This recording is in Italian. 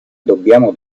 dobbiamo